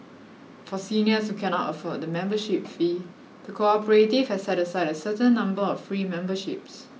for seniors who cannot afford the membership fee the cooperative has set aside a certain number of free memberships